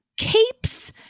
capes